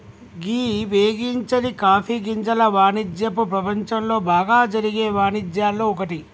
గీ వేగించని కాఫీ గింజల వానిజ్యపు ప్రపంచంలో బాగా జరిగే వానిజ్యాల్లో ఒక్కటి